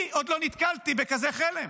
אני עוד לא נתקלתי בכזה חלם.